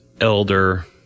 elder